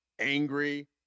angry